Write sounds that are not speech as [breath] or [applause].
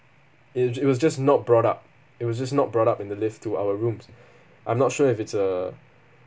it just it was just not brought up it was just not brought up in the lift to our rooms [breath] I'm not sure if it's a